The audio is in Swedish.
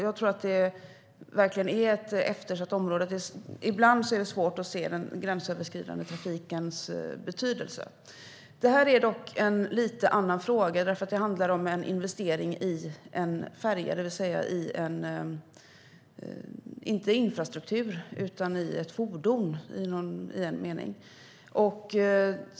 Jag tror att det verkligen är ett eftersatt område. Ibland är det svårt att se den gränsöverskridande trafikens betydelse. Det här är dock lite av en annan fråga eftersom det handlar om en investering i en färja, det vill säga inte i infrastruktur utan i ett fordon i någon mening.